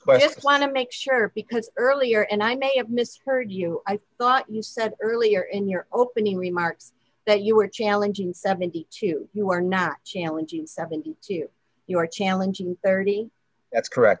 quest want to make sure because earlier and i may have missed you i thought you said earlier in your opening remarks that you were challenging seventy two you were not challenging seventy d two you were challenging thirty that's correct